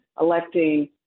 electing